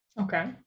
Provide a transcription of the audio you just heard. okay